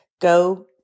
go